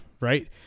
Right